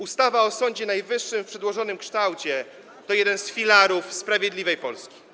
Ustawa o Sądzie Najwyższym w przedłożonym kształcie to jeden z filarów sprawiedliwej Polski.